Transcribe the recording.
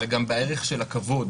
אלא גם בערך של הכבוד,